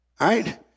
right